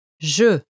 je